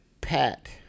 Pat